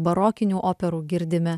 barokinių operų girdime